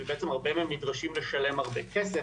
ובעצם הרבה מהם נדרשים לשלם הרבה כסף,